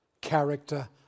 character